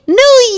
new